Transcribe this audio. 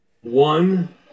One